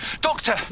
Doctor